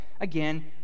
again